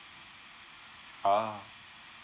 oh